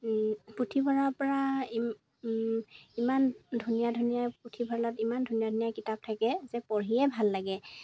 পুথিভঁৰালৰপৰা ইমান ধুনীয়া ধুনীয়া পুথিভঁৰালত ইমান ধুনীয়া ধুনীয়া কিতাপ থাকে যে পঢ়িয়েই ভাল লাগে